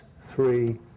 three